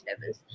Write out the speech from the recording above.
levels